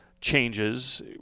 changes